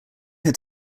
had